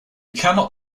cannot